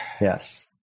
Yes